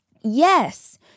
Yes